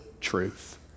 truth